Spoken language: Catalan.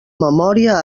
memòria